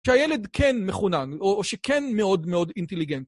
שהילד כן מחונן, או שכן מאוד מאוד אינטליגנט.